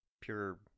pure